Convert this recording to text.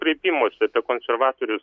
kreipimosi apie konservatorius